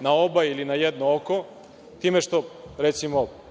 na oba ili na jedno oko tim što, recimo,